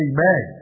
Amen